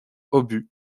obus